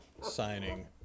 signing